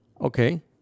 Okay